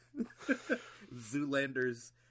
Zoolander's